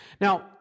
Now